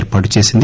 ఏర్పాటు చేసింది